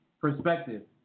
perspective